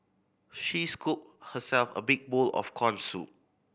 she scooped herself a big bowl of corn soup